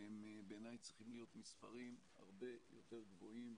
והם בעיניי צריכים להיות מספרים הרבה יותר גבוהים.